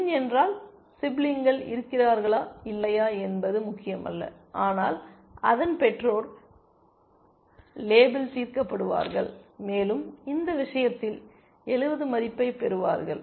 மின் என்றால் சிப்லிங்கள் இருக்கிறார்களா இல்லையா என்பது முக்கியமல்ல ஆனால் அதன் பெற்றோர் லேபிள் தீர்க்கப்படுவார்கள் மேலும் இந்த விஷயத்தில் 70 மதிப்பைப் பெறுவார்கள்